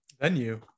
Venue